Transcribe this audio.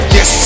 Yes